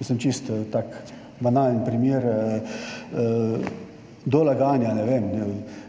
Janše. Čisto tak banalen primer. Do laganja, ne vem,